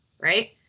Right